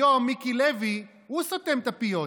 היום מיקי לוי סותם את הפיות,